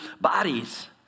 bodies